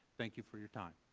thank you for your time.